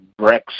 Brexit